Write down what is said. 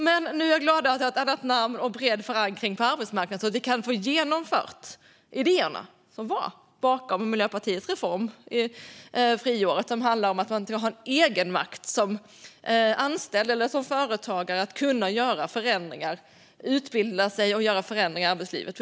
Men nu är jag glad att det fått ett annat namn och bred förankring på arbetsmarknaden så att idéerna bakom Miljöpartiets reform om friåret kan bli genomförda. Det handlar om att man ska ha en egenmakt som anställd eller som företagare att kunna utbilda sig och göra förändringar i arbetslivet.